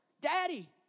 Daddy